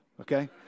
okay